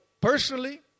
personally